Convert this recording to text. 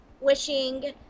wishing